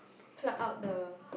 pluck out the